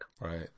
Right